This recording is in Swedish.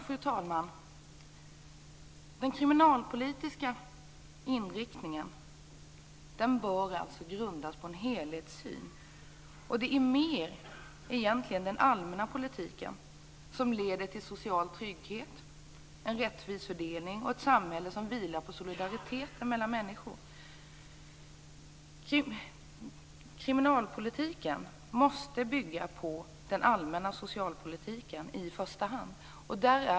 Fru talman! Kriminalpolitiken bör grundas på en helhetssyn. Det är egentligen den allmänna politiken som leder till social trygghet, en rättvis fördelning och ett samhälle som vilar på solidaritet mellan människor. Kriminalpolitiken måste bygga på den allmänna socialpolitiken i första hand.